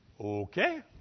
Okay